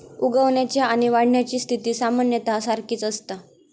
उगवण्याची आणि वाढण्याची स्थिती सामान्यतः सारखीच असता